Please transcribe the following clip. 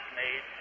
made